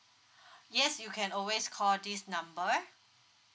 yes you can always call this number